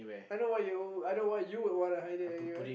I know why you I know why you would want to hang there